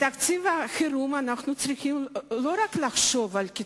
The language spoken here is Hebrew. בתקציב החירום אנחנו צריכים לחשוב לא רק על קיצוצים,